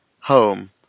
home